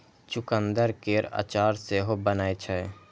चुकंदर केर अचार सेहो बनै छै